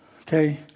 Okay